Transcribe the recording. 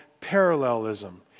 parallelism